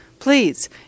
Please